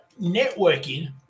networking